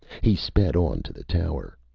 he sped on to the tower.